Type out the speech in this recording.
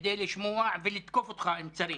כדי לשמוע ולתקוף אותך אם צריך.